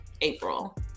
April